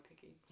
picky